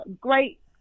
great